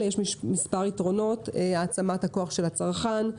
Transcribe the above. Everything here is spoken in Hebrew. יש מספר יתרונות העצמת הכוח של הצרכן,